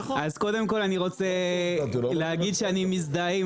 אז קודם כל אני רוצה להגיד שאני מזדהה עם